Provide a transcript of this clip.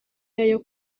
yayo